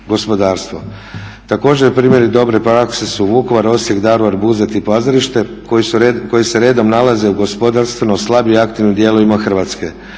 Također primjer dobre prakse su Vukovar, Osijek, Daruvar, Buzet i Pazarište koji se redom nalaze u gospodarstveno slabije aktivnim dijelovima Hrvatske.